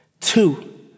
two